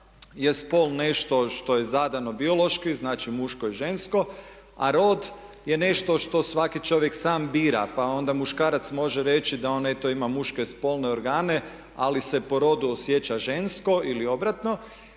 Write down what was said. je spol nešto što je zadano biološki, znači muško i žensko a rod je nešto što svaki čovjek sam bira pa onda muškarac može reći da on eto ima muške spolne organe ali se po rodu osjeća žensko ili obratno